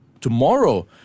tomorrow